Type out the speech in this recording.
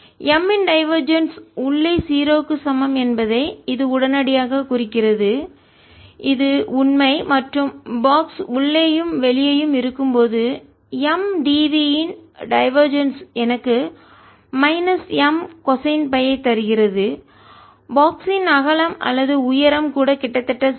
MMcosϕ δ எனவே M இன் divergence உள்ளே 0 க்கு சமம் என்பதை இது உடனடியாக குறிக்கிறது இது உண்மை மற்றும் பாக்ஸ் பெட்டியை உள்ளேயும் வெளியேயும் இருக்கும்போது M dv இன் டைவர்ஜென்ஸ் எனக்கு மைனஸ் M கொசைன் தருகிறது பாக்ஸ் யின் அகலம் அல்லது உயரம் கூட கிட்டத்தட்ட 0